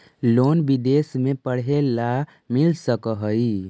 Loan विदेश में पढ़ेला मिल सक हइ?